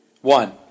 one